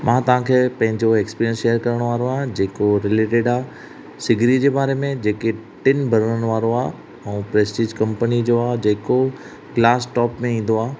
मां तव्हां खे पंहिंजो एक्सपीरियंस शेयर करिणो वारो आहे जेको रिलेटिड आहे सिगरी जे बारे में जेके टिनि भरण वारो आहे ऐं प्रेस्टीज कंपनी जो आहे जेको लास्ट टोप में ईंदो आहे